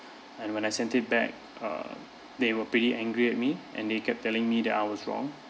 and when I sent it back uh they were pretty angry at me and they kept telling me that I was wrong